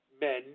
men